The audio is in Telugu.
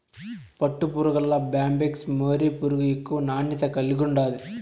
పట్టుపురుగుల్ల బ్యాంబిక్స్ మోరీ పురుగు ఎక్కువ నాణ్యత కలిగుండాది